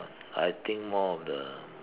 I think more of the